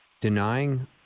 denying